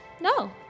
No